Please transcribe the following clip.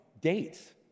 dates